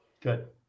good